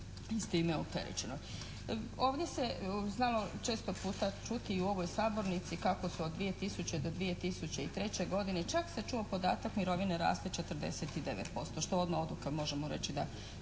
s time opterećeno. Ovdje se znalo često puta čuti i u ovoj sabornici kako su od 2000.-2003. godine čak se čuo podatak mirovine rasle 49%, što odmah od oka možemo reći da